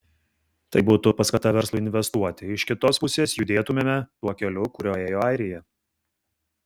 tai būtų paskata verslui investuoti iš kitos pusės judėtumėme tuo keliu kuriuo ėjo airija